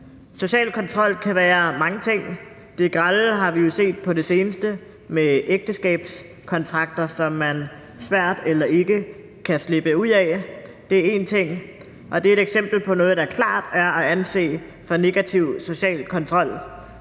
Social kontrol kan være mange ting. Det grelle har vi jo set på det seneste med ægteskabskontrakter, som man svært eller ikke kan slippe ud af. Det er én ting, og det er et eksempel på noget, der klart er at anse for negativ social kontrol.